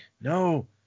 no